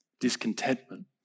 Discontentment